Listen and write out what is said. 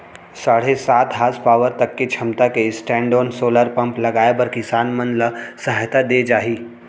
साढ़े सात हासपावर तक के छमता के स्टैंडओन सोलर पंप लगाए बर किसान मन ल सहायता दे जाही